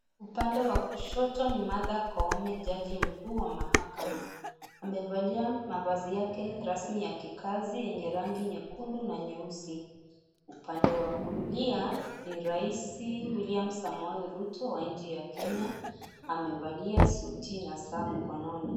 Upande wa kushoto ni Martha Koome, jaji mkuu wa mahakama. Amevalia mavazi yake rasmi ya kikazi yenye rangi nyekundu na nyeusi. Upande wa kulia, ni raisi Wiliam Samoei Ruto wa nchi ya kenya, amevalia suti na saa mkononi.